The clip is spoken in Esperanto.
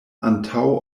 antaŭ